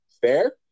Fair